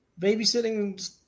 babysitting